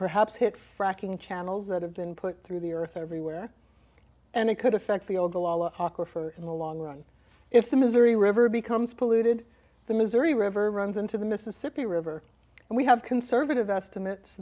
perhaps hit fracking channels that have been put through the earth everywhere and it could affect the old the lala hocker for in the long run if the missouri river becomes polluted the missouri river runs into the mississippi river and we have conservative estimates